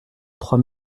trois